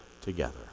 together